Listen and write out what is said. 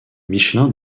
michelin